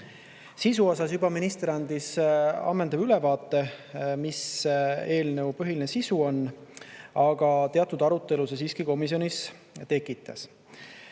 Sisu osas juba minister andis ammendava ülevaate, mis eelnõu põhiline sisu on. Aga teatud arutelu see siiski komisjonis tekitas. Jaanus